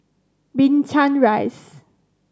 Binchang Rise